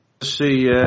see